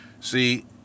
See